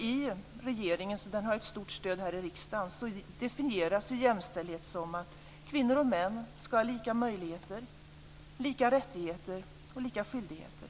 I regeringens skrivelse som har ett stort stöd här i riksdagen definieras jämställdhet som att kvinnor och män ska ha lika möjligheter, rättigheter och skyldigheter.